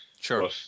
Sure